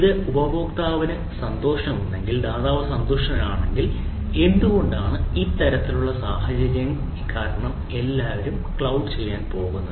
ഇത് ഉപഭോക്താവിന് സന്തോഷമുണ്ടെങ്കിൽ ദാതാവ് സന്തുഷ്ടനാണെങ്കിൽ എന്തുകൊണ്ടാണ് ഈ തരത്തിലുള്ള സാഹചര്യം കാരണം എല്ലാം ക്ലൌഡ് ചെയ്യാൻ പോകുന്നത്